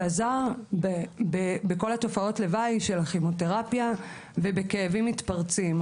מה שעזר בכל תופעות הלוואי של הכימותרפיה ובכאבים המתפרצים.